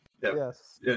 Yes